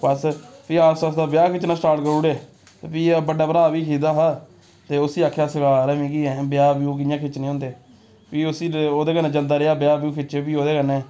बस फ्ही आस्ता आस्ता ब्याह् खिच्चना स्टार्ट करी ओड़े ते फ्ही बड्डा भ्राऽ बी खिचदा हा ते उसी आखेआ सखा यरा एह् मिगी ब्याह् ब्यू कि'यां खिच्चने होंदे फ्ही उसी ओह्दे कन्नै जंदा रेहा ब्याह् ब्यू खिच्चे फ्ही ओह्दे कन्नै